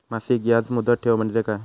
मासिक याज मुदत ठेव म्हणजे काय?